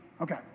Okay